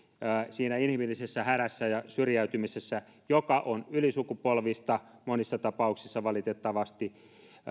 siinä inhimillisessä hädässä ja syrjäytymisessä joka on ylisukupolvista monissa tapauksissa valitettavasti